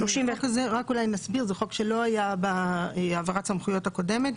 זה חוק שלא היה בהעברת הסמכויות הקודמת.